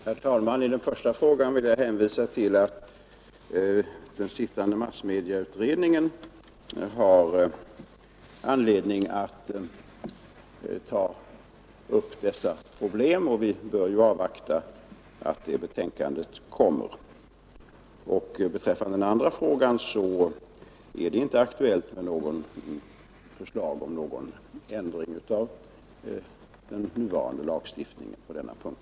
Herr talman! I vad gäller den första frågan vill jag hänvisa till att den sittande massmedieutredningen har anledning att ta upp dessa problem. Vi bör avvakta att dess betänkande kommer. Beträffande den andra frågan är det inte aktuellt med något förslag till ändring av den nuvarande lagstiftningen på denna punkt.